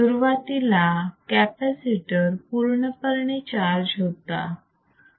सुरुवातीला कॅपॅसिटर पूर्णपणे चार्ज होता